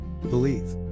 believe